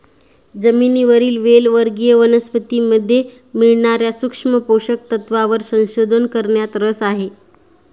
जमिनीवरील वेल वर्गीय वनस्पतीमध्ये मिळणार्या सूक्ष्म पोषक तत्वांवर संशोधन करण्यात रस आहे